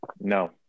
no